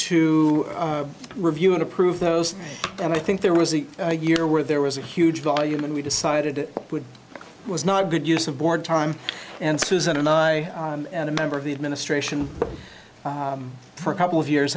to review and approve those and i think there was a year where there was a huge volume and we decided it was not a good use of board time and susan and i and a member of the administration for a couple of years